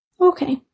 Okay